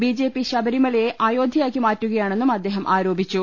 B J P ശബരിമലയെ അയോധ്യയാക്കി മാറ്റുകയാണെന്നും അദ്ദേഹം ആരോപിച്ചു